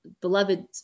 beloved